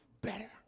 better